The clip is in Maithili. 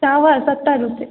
चावल सत्तर रुपए